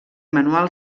manual